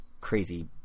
crazy